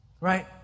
right